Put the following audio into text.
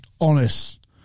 honest